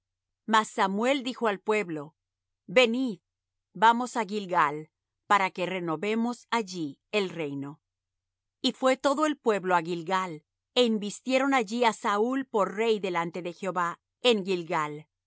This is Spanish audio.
mas samuel dijo al pueblo venid vamos á gilgal para que renovemos allí el reino y fué todo el pueblo á gilgal é invistieron allí á saúl por rey delante de jehová en gilgal y